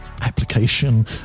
application